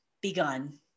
begun